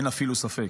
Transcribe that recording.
אין אפילו ספק.